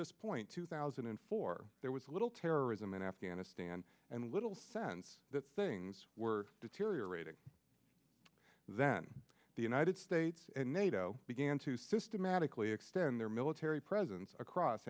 this point two thousand and four there was little terrorism in afghanistan and little sense that things were deteriorating then the united states and nato began to systematically extend their military presence across